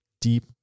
deep